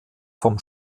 vom